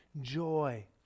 joy